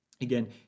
Again